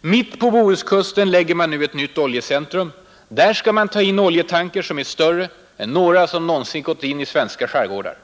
Mitt på Bohuskusten lägger man nu ett nytt oljecentrum. Där skall man ta in oljetankers, som är större än några andra båtar som någonsin har gått in i svenska skärgårdar.